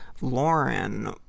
lauren